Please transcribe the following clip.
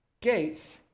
gates